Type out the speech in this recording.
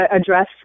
address